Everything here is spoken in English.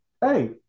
Hey